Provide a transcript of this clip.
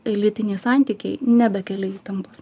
lytiniai santykiai nebekelia įtampos